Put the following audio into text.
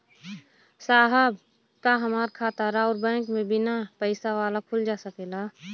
साहब का हमार खाता राऊर बैंक में बीना पैसा वाला खुल जा सकेला?